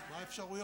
מה האפשרויות?